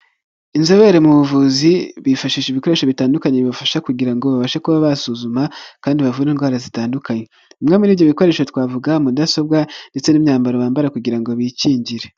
Inzobere mu buvuzi, bifashisha ibikoresho bitandukanye bibafasha, kugira ngo babashe kuba basuzuma, kandi bavure indwara zitandukanye. Bimwe muri ibyo bikoresho twavuga mudasobwa ndetse n'imyambaro bambara, kugira ngo bikingire.